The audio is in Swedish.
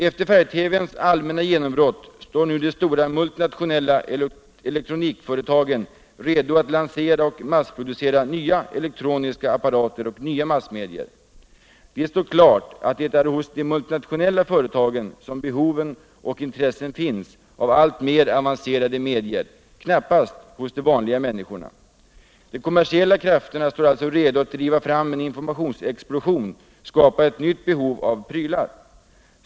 Efter färg-TV:ns allmänna genombrott står nu de stora multinationella elektronikföretagen redo att lansera och massproducera nya elektroniska apparater och nya massmedier. Det står klart att det är hos de multinationella företagen som behoven och intresset finns av alltmer avancerade medier — knappast hos de vanliga människorna. De kommersiella krafterna står alltså redo att driva fram en informationsexplosion, skapa ett Radions och televisionens fortsatta nytt behov av prylar.